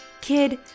Kid